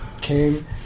came